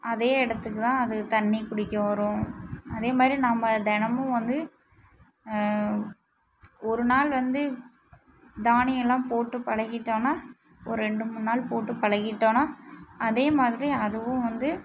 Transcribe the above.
அதே இடத்துக்குதான் அது தண்ணி குடிக்க வரும் அதே மாதிரி நம்ம தினமும் வந்து ஒரு நாள் வந்து தானியம்லாம் போட்டு பழகிட்டோன்னா ஒரு ரெண்டு மூணு நாள் போட்டு பழகிட்டோன்னா அதே மாதிரி அதுவும் வந்து